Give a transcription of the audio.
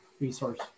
resource